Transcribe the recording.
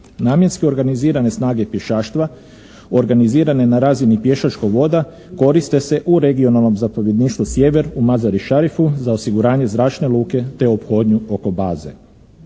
Namjenski organizirane snage pješaštva organizirane na razini pješačkog voda koriste se u regionalnom zapovjedništvu sjever, u Mazarišarifu, za osiguranje zračne luke te ophodnju oko baze.